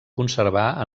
conservar